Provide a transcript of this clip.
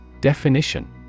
Definition